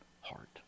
heart